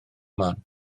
man